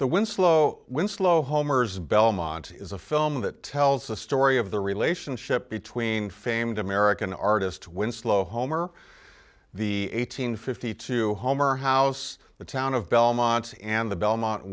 the wind slow when slow homer's belmont is a film that tells the story of the relationship between famed american artist winslow homer the eight hundred fifty two homer house the town of belmont's and the belmont